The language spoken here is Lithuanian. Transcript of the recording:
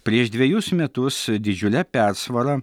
prieš dvejus metus didžiule persvara